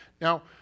Now